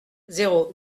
zéro